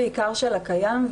בעיקר של הקיים,